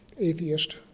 atheist